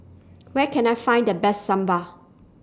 Where Can I Find The Best Sambal